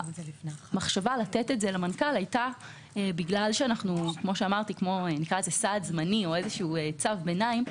המחשבה לתת את זה למנכ"ל הייתה מעין סעד זמני או איזשהו צו ביניים,